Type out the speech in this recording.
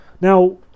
Now